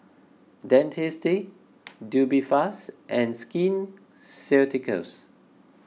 Dentiste Tubifast and Skin Ceuticals